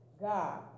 God